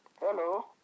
hello